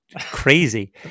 crazy